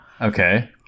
Okay